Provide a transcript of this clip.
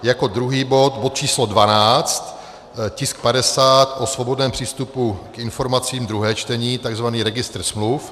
Jako druhý bod číslo 12, tisk 50, o svobodném přístupu k informacím, druhé čtení, takzvaný registr smluv.